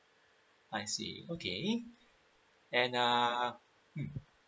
I see okay and uh